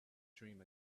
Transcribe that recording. dream